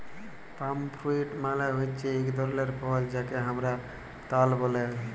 পাম fruit মালে হচ্যে এক ধরলের ফল যাকে হামরা তাল ব্যলে